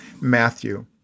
Matthew